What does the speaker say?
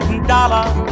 dollar